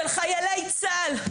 של חיילי צה"ל,